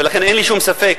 ולכן אין לי שום ספק.